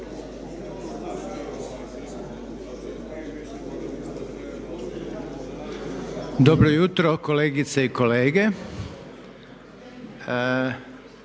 Poštovane kolegice i kolege.